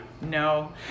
no